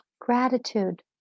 Gratitude